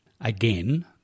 Again